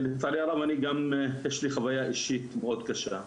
לצערי הרב יש לי חוויה אישית מאוד קשה,